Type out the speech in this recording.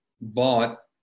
bought